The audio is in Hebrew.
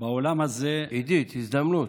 בעולם הזה, עידית, הזדמנות: